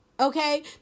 Okay